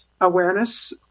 awareness